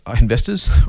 investors